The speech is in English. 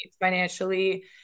financially